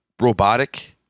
robotic